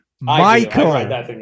Michael